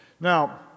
Now